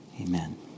amen